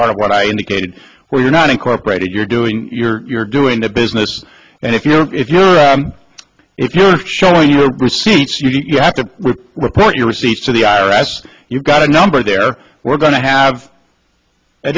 part of what i indicated when you're not incorporated you're doing you're doing the business and if you're if you're if you're showing your receipts you have to report your receipts to the i r s you've got a number there we're going to have a